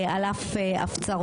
על אף הפצרותינו.